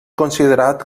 considerat